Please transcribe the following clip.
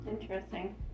interesting